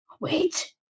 wait